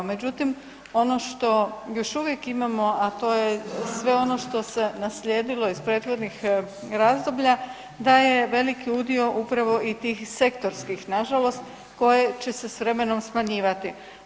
Međutim, ono što još uvijek imamo a to je sve ono što se naslijedilo iz prethodnih razdoblja daje veliki udio upravo i tih sektorskih na žalost koje će se s vremenom smanjivati.